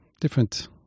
different